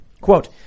quote